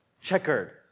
checkered